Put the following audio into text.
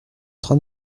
train